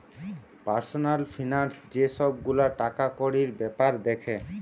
personal finance যে সব গুলা টাকাকড়ির বেপার দ্যাখে